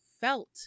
felt